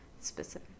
specific